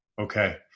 okay